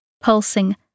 pulsing